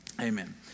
Amen